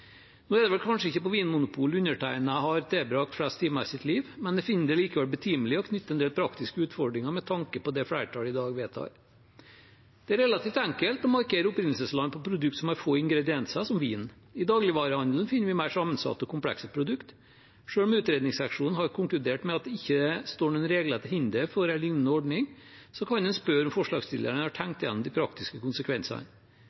Nå er det vel kanskje ikke på Vinmonopolet undertegnede har tilbrakt flest timer i sitt liv, men jeg finner det likevel betimelig å knytte en del praktiske utfordringer til det flertallet i dag vedtar. Det er relativt enkelt å markere opprinnelsesland på produkter som har få ingredienser, som vin. I dagligvarehandelen finner vi mer sammensatte og komplekse produkter. Selv om utredningsseksjonen har konkludert med at det ikke står noen regler til hinder for en lignende ordning, kan en spørre om forslagsstillerne har